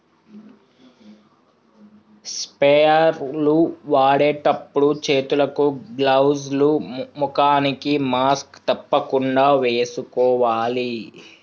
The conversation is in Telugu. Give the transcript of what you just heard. స్ప్రేయర్ లు వాడేటప్పుడు చేతులకు గ్లౌజ్ లు, ముఖానికి మాస్క్ తప్పకుండా వేసుకోవాలి